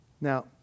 Now